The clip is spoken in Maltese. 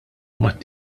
mat